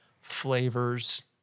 flavors